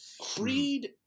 Creed